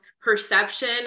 perception